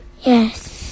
Yes